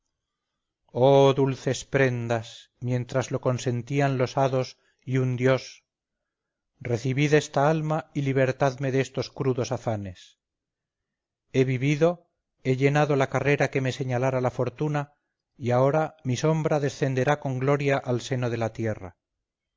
oh dulces prendas mientras lo consentían los hados y un dios recibid esta alma y libertadme de estos crudos afanes he vivido he llenado la carrera que me señalara la fortuna y ahora mi sombra descenderá con gloria al seno de la tierra